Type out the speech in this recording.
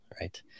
right